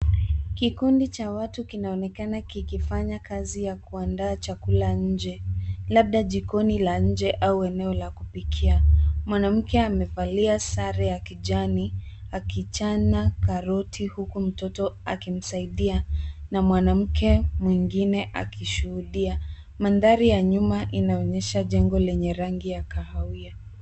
Kikundi cha watu kinaonekana kikifanya kazi ya kuandaa chakula nje labda jikoni la nje au eneo la kupikia. Mwanamke amevalia sare ya kijani akichana karoti huku mtoto akimsaidia na mwanamke mwingine akishuhudia. Mandhari ya nyuma inaonyesha jengo lenye rangi ya kahawia.